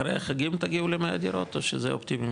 אחרי החגים תגיעו למאה דירות, או שזה אופטימי?